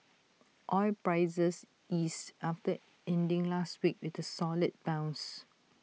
oil prices eased after ending last week with A solid bounce